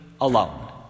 alone